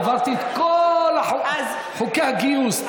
עברתי את כל חוקי הגיוס,